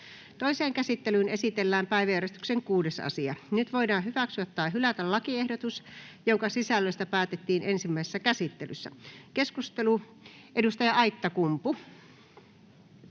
Toiseen käsittelyyn esitellään päiväjärjestyksen 6. asia. Nyt voidaan hyväksyä tai hylätä lakiehdotus, jonka sisällöstä päätettiin ensimmäisessä käsittelyssä. — Keskustelu, edustaja Aittakumpu.